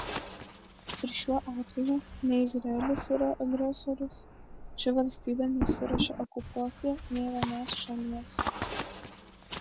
ir šiuo atveju ne izraelis yra agresorius ši valstybė nesiruošia okupuoti nė vienos šalies